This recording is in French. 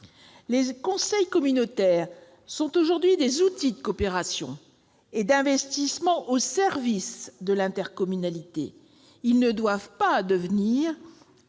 Les conseils communautaires sont à l'heure actuelle des outils de coopération et d'investissement au service de l'intercommunalité. Ils ne doivent pas devenir